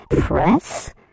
press